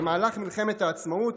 במהלך מלחמת העצמאות,